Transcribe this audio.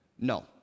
No